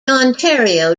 ontario